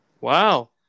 Wow